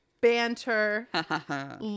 banter